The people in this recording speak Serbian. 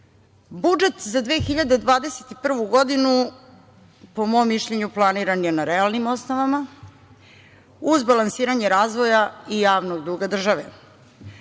radimo. Budžet za 2021. godinu, po mom mišljenju planiran je na realnim osnovama uz balansiranje razvoja i javnog duga države.